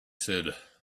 said